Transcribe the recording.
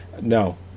No